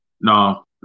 no